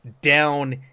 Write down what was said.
down